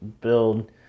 build